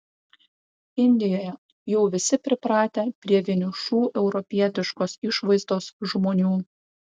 indijoje jau visi pripratę prie vienišų europietiškos išvaizdos žmonių